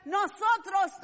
nosotros